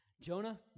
jonah